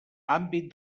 àmbit